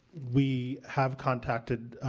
we have contacted,